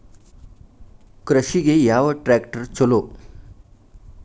ಕೃಷಿಗ ಯಾವ ಟ್ರ್ಯಾಕ್ಟರ್ ಛಲೋ?